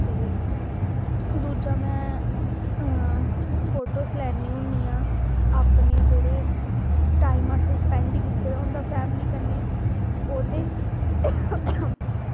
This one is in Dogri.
ते दूजा में फोटोज़ लैन्नी होन्नी आं अपने जेह्ड़े टाईम असें स्पैंड कीते दा होंदा फैमिली कन्नै ओह्दे ई